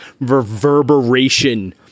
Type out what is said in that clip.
reverberation